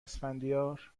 اسفندیار